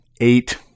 eight